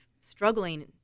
struggling